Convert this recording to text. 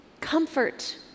Comfort